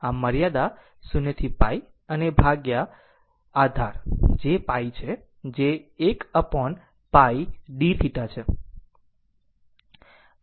આમ મર્યાદા 0 થીπ અને ભાગ્યા આધાર જે π છે જે 1 upon πd θ છે